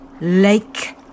...Lake